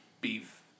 beef